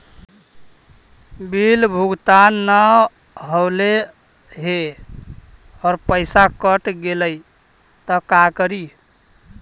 Bill भुगतान न हौले हे और पैसा कट गेलै त का करि?